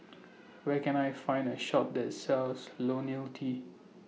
Where Can I Find A Shop that sells T